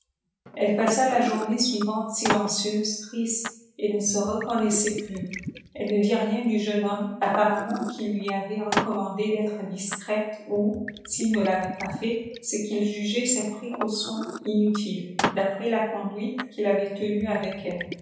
elle passa la journée suivante silencieuse triste et ne se reconnaissant plus elle ne dit rien du jeune homme apparemment qu'il lui avait recommandé d'être discrète ou s'il ne l'avait pas fait c'est qu'il jugeait cette précaution inutile d'après la conduite qu'il avait tenue avec elle